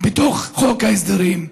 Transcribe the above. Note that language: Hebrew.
בתוך חוק ההסדרים.